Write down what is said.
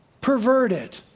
perverted